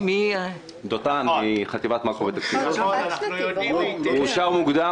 הוא אושר מוקדם.